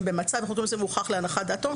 ב"מצא" ובחוקים מסוימים ב"הוכח להנחת דעתו".